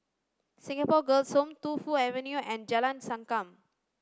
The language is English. Singapore Girls' Home Tu Fu Avenue and Jalan Sankam